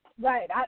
Right